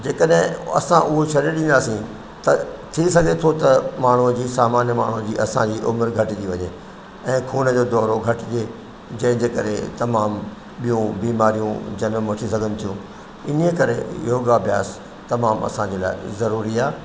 जेकॾहिं असां उहो छॾे ॾींदासीं त थी सघे थो त माण्हूअ जी सामान्य माण्हूअ जी असांजी उमिर घटिजी वञे ऐं ख़ून जो दौरो घटि थिए जंहिंजे करे तमामु ॿियूं बीमारियूं जनम वठी सघनि थियूं इन करे योगा अभ्यास तमामु असांजे लाइ ज़रूरी आहे